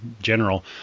general